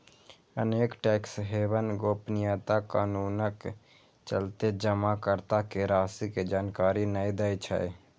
अनेक tax haven गोपनीयता कानूनक चलते जमाकर्ता के राशि के जानकारी नै दै छै